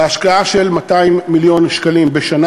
בהשקעה של 200 מיליון שקלים בשנה,